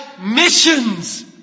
missions